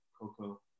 Coco